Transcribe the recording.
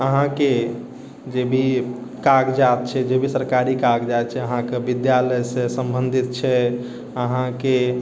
अहाँकेँ जे भी कागजात छै जे भी सरकारी कागजात छै अहाँकेँ विद्यालय से सम्बन्धित छै अहाँकेँ